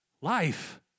Life